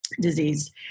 disease